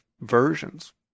versions